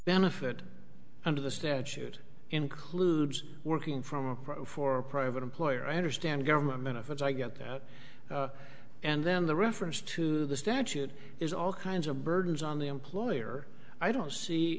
benefit under the statute includes working from for private employer i understand government affairs i get that and then the reference to the statute is all kinds of burdens on the employer i don't see